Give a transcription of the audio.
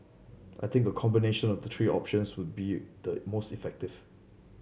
I think a combination of the three options would be the most effective